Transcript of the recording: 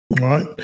right